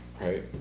right